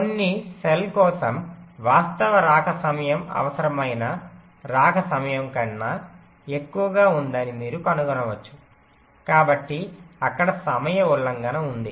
కొన్ని సెల్ కోసం వాస్తవ రాక సమయం అవసరమైన రాక సమయం కంటే ఎక్కువగా ఉందని మీరు కనుగొనవచ్చు కాబట్టి అక్కడ సమయ ఉల్లంఘన ఉంది